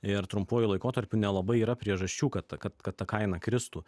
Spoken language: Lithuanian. ir trumpuoju laikotarpiu nelabai yra priežasčių kad ta kad kad ta kaina kristų